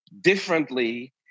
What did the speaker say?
differently